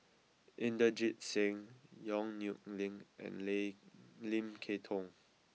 Inderjit Singh Yong Nyuk Lin and Lim Lim Kay Tong